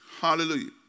Hallelujah